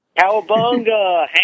Cowabunga